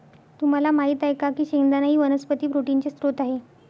तुम्हाला माहित आहे का की शेंगदाणा ही वनस्पती प्रोटीनचे स्त्रोत आहे